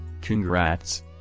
Congrats